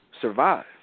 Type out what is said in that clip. survive